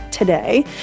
Today